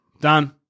Done